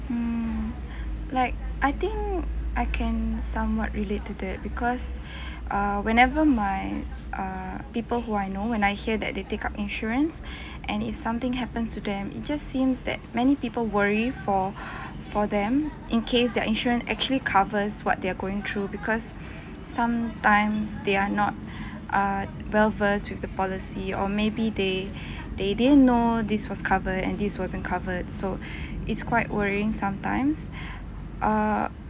mm like I think I can somewhat relate to that because err whenever my err people who I know when I hear that they take up insurance and if something happens to them it just seems that many people worry for for them in case their insurance actually covers what they're going through because sometimes they are not uh well versed with the policy or maybe they they didn't know this was covered and this wasn't covered so it's quite worrying sometimes err